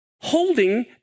holding